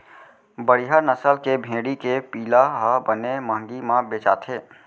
बड़िहा नसल के भेड़ी के पिला ह बने महंगी म बेचाथे